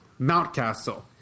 Mountcastle